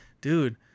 Dude